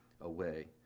away